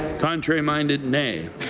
contrary minded nay.